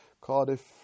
cardiff